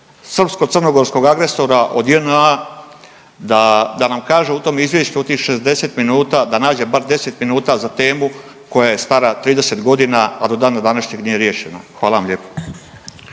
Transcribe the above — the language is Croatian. srpsko crnogorskog agresora od JNA da nam kaže u tom izvješću, u tih 60 minuta da nađe bar 10 minuta za temu koja je stara 30 godina, a do dana današnjeg nije riješena. Hvala vam lijepo.